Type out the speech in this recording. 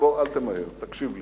בוא, אל תמהר, תקשיב לי.